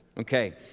Okay